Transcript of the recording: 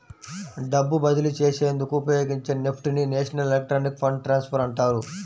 డబ్బు బదిలీ చేసేందుకు ఉపయోగించే నెఫ్ట్ ని నేషనల్ ఎలక్ట్రానిక్ ఫండ్ ట్రాన్స్ఫర్ అంటారు